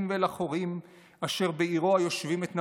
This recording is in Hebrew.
ואל החרים אשר בעירו הישבים את נבות.